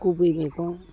खबि मैगं